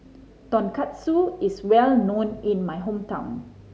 tonkatsu is well known in my hometown